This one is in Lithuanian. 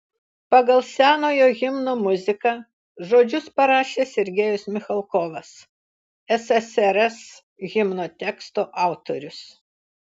pagal senojo himno muziką žodžius parašė sergejus michalkovas ssrs himno teksto autorius